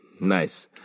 Nice